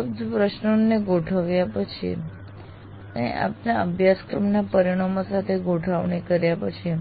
ઉપલબ્ધ પ્રશ્નોને ગોઠવ્યા પછી અને આપના અભ્યાસક્રમના પરિણામો સાથે ગોઠવણી કર્યા પછી